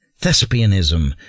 thespianism